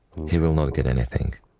he will not get anything.